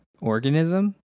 organism